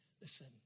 listen